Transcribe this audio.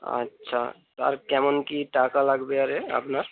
আচ্ছা আর কেমন কী টাকা লাগবে আরে আপনার